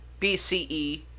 BCE